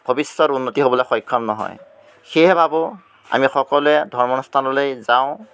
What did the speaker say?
ভৱিষ্যত উন্নতি হ'বলৈ সক্ষম নহয় সেয়েহে ভাবোঁ আমি সকলোৱে ধৰ্ম অনুষ্ঠানলৈ যাওঁ